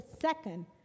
second